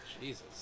Jesus